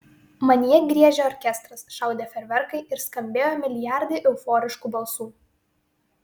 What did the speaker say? manyje griežė orkestras šaudė fejerverkai ir skambėjo milijardai euforiškų balsų